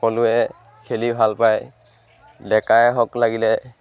সকলোৱে খেলি ভাল পায় ডেকাই হওক লাগিলে